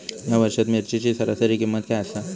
या वर्षात मिरचीची सरासरी किंमत काय आसा?